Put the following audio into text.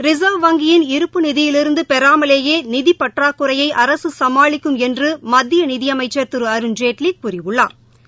ரின்வ் வங்கியின் இருப்பு நிதியிலிருந்துபெறாமலேயே நிதிப் பற்றாக்குறையைஅரசுசமாளிக்கும் என்றுமத்தியநிதிஅமைச்சர் திருஅருண்ஜேட்லிகூறியுள்ளாா்